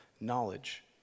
knowledge